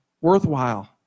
worthwhile